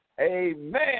Amen